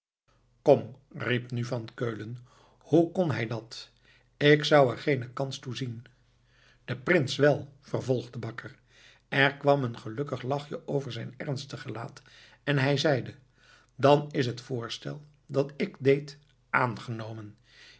kom riep nu van keulen hoe kon hij dat ik zou er geene kans toe zien de prins wel vervolgde bakker er kwam een gelukkig lachje over zijn ernstig gelaat en hij zeide dan is het voorstel dat ik deed aangenomen